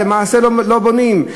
למעשה לא בונים.